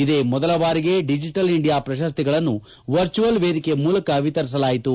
ಇದೇ ಮೊದಲ ಬಾರಿಗೆ ಡಿಜಿಟಲ್ ಇಂಡಿಯಾ ಪ್ರಶಸ್ತಿಗಳನ್ನು ವರ್ಚುವಲ್ ವೇದಿಕೆಯ ಮೂಲಕ ವಿತರಿಸಲಾಯಿತು